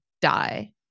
die